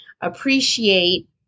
appreciate